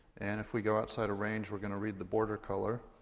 and if we go outside of range, we're gonna read the border color.